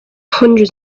hundreds